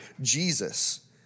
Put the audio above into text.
Jesus